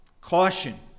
Caution